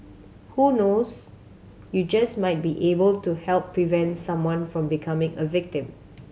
who knows you just might be able to help prevent someone from becoming a victim